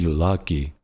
lucky